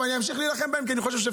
כי העובדים אצלם,